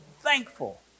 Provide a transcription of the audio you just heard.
Thankful